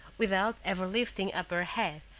without ever lifting up her head,